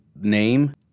name